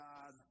God